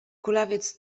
kulawiec